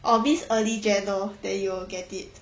all means early jan lor then you will get it